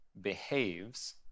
behaves